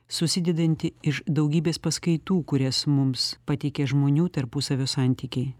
susidedanti iš daugybės paskaitų kurias mums pateikė žmonių tarpusavio santykiai